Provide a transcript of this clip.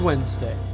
Wednesday